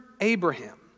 Abraham